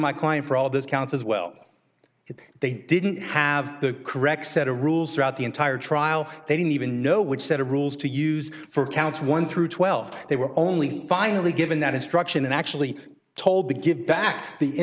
my client for all those counts as well if they didn't have the correct set of rules throughout the entire trial they didn't even know which set of rules to use for counts one through twelve they were only finally given that instruction and actually told to give back the